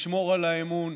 לשמור על האמון,